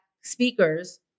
speakers